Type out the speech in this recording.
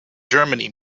germany